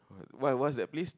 what what's that place